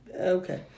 Okay